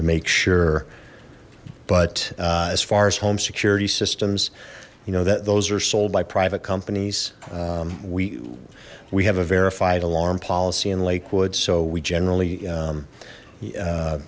to make sure but as far as home security systems you know that those are sold by private companies we we have a verified alarm policy in lakewood so we generally